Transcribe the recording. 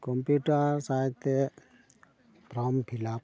computer ᱥᱟᱦᱟᱡᱡᱚ ᱛᱮ form fill up